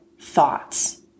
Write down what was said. thoughts